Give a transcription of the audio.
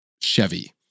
Chevy